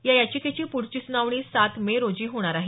या याचिकेची प्ढची सुनावणी सात मे रोजी होणार आहे